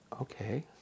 Okay